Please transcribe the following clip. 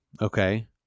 okay